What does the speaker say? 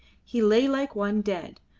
he lay like one dead,